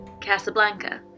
Casablanca